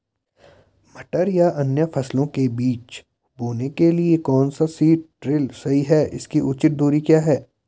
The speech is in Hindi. मटर या अन्य फसलों के बीज बोने के लिए कौन सा सीड ड्रील सही है इसकी उचित दूरी क्या है?